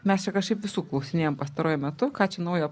mes jau kažkaip visų klausinėjam pastaruoju metu ką čia naujo